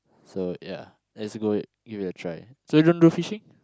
so ya let's go give it a try so you don't do fishing